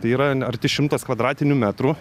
tai yra arti šimtas kvadratinių metrų